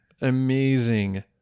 amazing